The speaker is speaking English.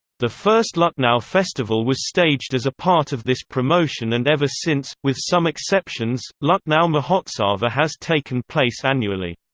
the first lucknow festival was staged as a part of this promotion and ever since, with some exceptions, lucknow mahotsava has taken place annually.